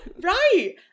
Right